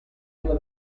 due